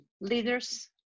leaders